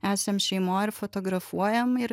esam šeimoj ir fotografuojam ir